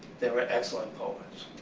they were excellent poets.